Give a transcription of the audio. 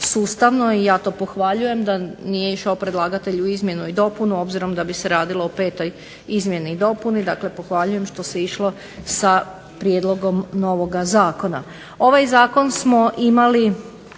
sustavno, ja to pohvaljujem, da nije išao predlagatelj u izmjenu i dopunu obzirom da bi se radilo o 5. Izmjeni i dopunu, pohvaljujem što se išlo sa novim Prijedlogom zakona. Ovaj Zakon smo imali